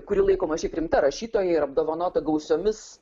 kuri laikoma šiaip rimta rašytoja ir apdovanota gausiomis